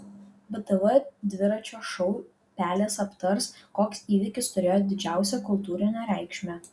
btv dviračio šou pelės aptars koks įvykis turėjo didžiausią kultūrinę reikšmę